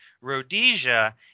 Rhodesia